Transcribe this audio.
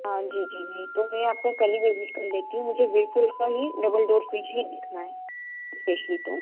हाँ जी जी जी तो मैं आपको कल विजिट कर लेती हूँ मुझे विर्पुल का ही डबल डोर फ्रिज ही देखना है स्पेशली तो